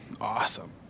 Awesome